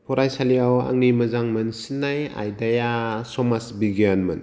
फरायसालियाव आंनि मोजां मोनसिननाय आयदाया समाज बिगियानमोन